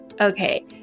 okay